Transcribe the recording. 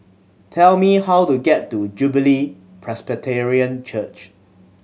tell me how to get to Jubilee Presbyterian Church